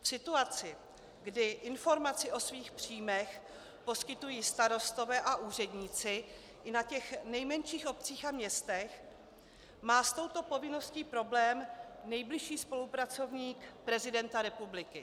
V situaci, kdy informaci o svých příjmech poskytují starostové a úředníci i na těch nejmenších obcích a městech, má s touto povinností problém nejbližší spolupracovník prezidenta republiky.